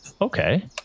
okay